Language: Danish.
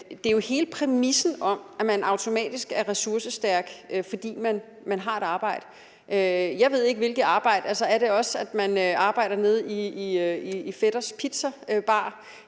Det er jo hele præmissen om, at man automatisk er ressourcestærk, fordi man har et arbejde. Jeg ved ikke hvilket arbejde. Er det også, at man arbejder nede i fætters pizzabar